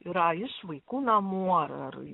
yra iš vaikų namų ar ar